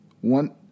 One